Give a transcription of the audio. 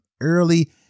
early